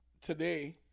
Today